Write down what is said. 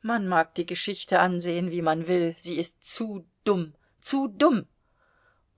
man mag die geschichte ansehen wie man will sie ist zu dumm zu dumm